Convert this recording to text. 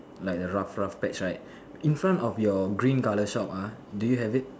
like the rough rough patch right in front of your green color shop ah do you have it